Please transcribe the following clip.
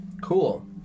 Cool